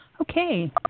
Okay